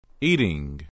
Eating